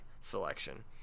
selection